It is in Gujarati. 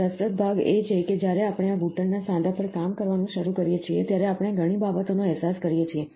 રસપ્રદ ભાગ એ છે કે જ્યારે આપણે આ ઘૂંટણના સાંધા પર કામ કરવાનું શરૂ કરીએ છીએ ત્યારે આપણે ઘણી બાબતોનો અહેસાસ કરીએ છીએ